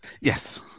Yes